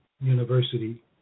University